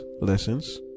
Lessons